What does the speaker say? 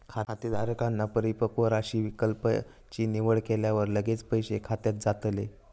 खातेधारकांन परिपक्व राशी विकल्प ची निवड केल्यावर लगेच पैसे खात्यात जातले